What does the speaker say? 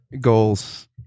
goals